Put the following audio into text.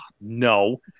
No